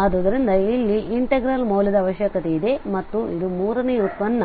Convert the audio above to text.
ಆದ್ದರಿಂದ ಇಲ್ಲಿ ಈ ಇಂಟೆಗ್ರಲ್ ಮೌಲ್ಯದ ಅವಶ್ಯಕತೆ ಇದೆ ಮತ್ತು ಇದು ಮೂರನೆಯ ಉತ್ಪನ್ನ